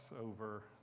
over